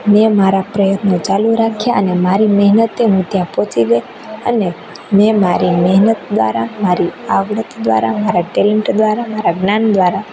મેં મારા પ્રયત્નો ચાલુ રાખ્યા અને મારી મેહનતે હું ત્યાં પહોંચી ગઈ અને મેં મારી મેહનત દ્વારા મારી આવડત દ્વારા મારા ટેલેન્ટ દ્વારા મારા જ્ઞાન દ્વારા